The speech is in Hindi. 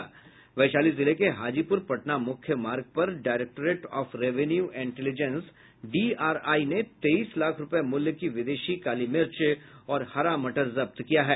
वैशाली जिले के हाजीपूर पटना मुख्य मार्ग पर directorate of revenue intelligence DRI ने तेईस लाख रूपये मूल्य की विदेशी काली मिर्च और हरा मटर जब्त किया है